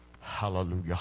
Hallelujah